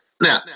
Now